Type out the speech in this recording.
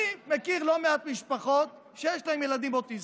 אני מכיר לא מעט משפחות שיש להן ילדים אוטיסטים,